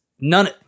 none